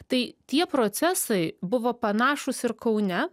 tai tie procesai buvo panašūs ir kaune